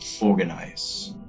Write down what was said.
organize